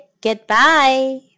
goodbye